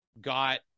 Got